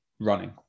running